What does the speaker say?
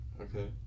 Okay